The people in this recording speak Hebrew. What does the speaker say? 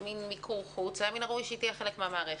מיקור חוץ אלא מן הראוי שתהיה חלק מן המערכת.